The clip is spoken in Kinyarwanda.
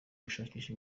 gushakisha